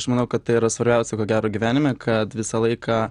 aš manau kad tai yra svarbiausia ko gero gyvenime kad visą laiką